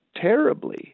terribly